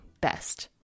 best